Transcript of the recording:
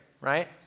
right